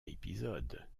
épisodes